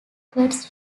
quotes